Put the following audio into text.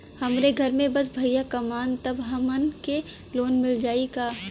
हमरे घर में बस भईया कमान तब हमहन के लोन मिल जाई का?